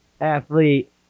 athlete